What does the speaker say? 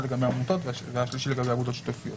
אחד לגבי עמותות והשלישי לגבי אגודות שיתופיות.